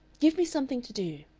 give me something to do,